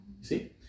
See